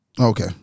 okay